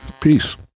peace